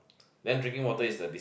then drinking water is the